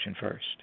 first